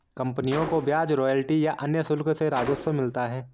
कंपनियों को ब्याज, रॉयल्टी या अन्य शुल्क से राजस्व मिलता है